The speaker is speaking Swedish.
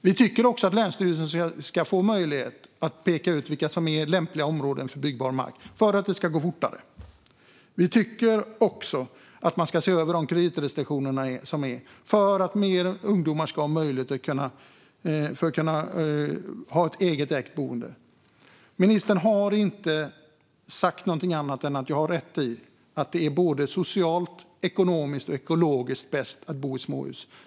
Vi tycker också att länsstyrelserna ska få peka ut lämpliga områden för byggbar mark för att arbetet ska gå fortare. Vi tycker också att man ska se över kreditrestriktionerna så att fler ungdomar kan skaffa sig ett eget ägt boende. Ministern har inte sagt något annat än att jag har rätt i att det är socialt, ekonomiskt och ekologiskt bäst att bo i småhus.